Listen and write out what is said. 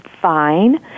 fine